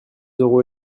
euros